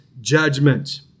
judgment